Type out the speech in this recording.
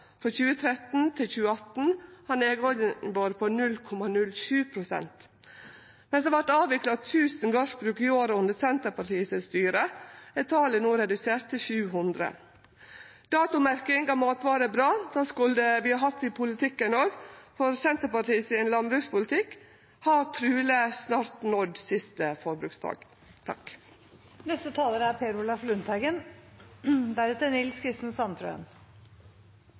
Frå 2013 til 2018 har nedgangen vore på 0,07 pst. Medan det vart avvikla 1 000 gardsbruk i året då Senterpartiet styrte, er talet no redusert til 700. Datomerking av matvarer er bra, det skulle vi hatt i politikken òg. Landbrukspolitikken til Senterpartiet har truleg snart nådd siste forbruksdag.